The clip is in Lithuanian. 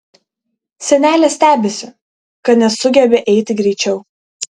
senelė stebisi kad nesugebi eiti greičiau